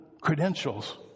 credentials